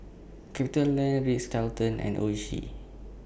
CapitaLand Ritz Carlton and Oishi